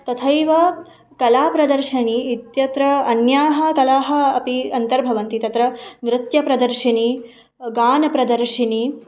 तथैव कलाप्रदर्शनी इत्यत्र अन्याः कलाः अपि अन्तर्भवन्ति तत्र नृत्यप्रदर्शिनी गानप्रदर्शिनी